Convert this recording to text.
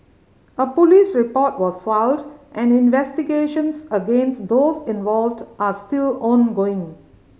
a police report was filed and investigations against those involved are still ongoing